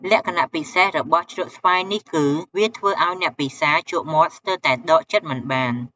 លក្ខណៈពិសេសរបស់ជ្រក់ស្វាយនេះគឺ វាធ្វើឲ្យអ្នកពិសាជក់មាត់ស្ទើរតែដកចិត្តមិនបាន។